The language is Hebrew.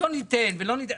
לא ניתן ולא ניתן.